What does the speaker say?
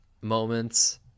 moments